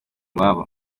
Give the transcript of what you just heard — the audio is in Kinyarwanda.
iwabo